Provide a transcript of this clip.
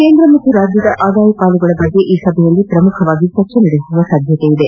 ಕೇಂದ್ರ ಮತ್ತು ರಾಜ್ಯದ ಆದಾಯ ಪಾಲುಗಳ ಬಗ್ಗೆ ಈ ಸಭೆಯಲ್ಲಿ ಪ್ರಮುಖವಾಗಿ ಚರ್ಚೆ ನಡೆಸುವ ಸಾಧ್ಯತೆ ಇದೆ